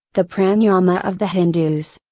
the pranayama of the hindus.